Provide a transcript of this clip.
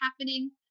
happening